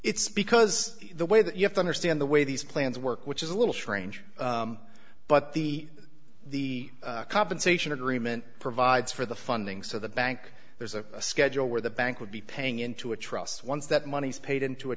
it's because the way that you have to understand the way these plans work which is a little strange but the the compensation agreement provides for the funding so the bank there's a schedule where the bank would be paying into a trust once that money is paid into a